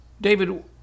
David